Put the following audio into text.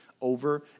over